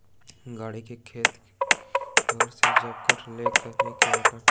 गाड़ी के खेत धरि ल जयबाक लेल नीक बाटक बेगरता होइत छै